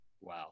Wow